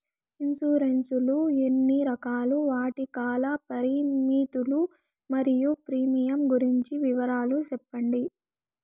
Insurance లు ఎన్ని రకాలు? వాటి కాల పరిమితులు మరియు ప్రీమియం గురించి వివరాలు సెప్పండి?